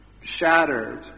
shattered